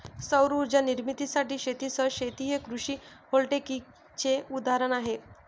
सौर उर्जा निर्मितीसाठी शेतीसह शेती हे कृषी व्होल्टेईकचे उदाहरण आहे